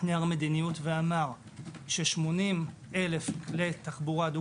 נייר מדיניות ואמר ש-80,000 כלי תחבורה דו